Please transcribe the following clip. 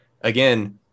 again